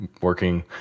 working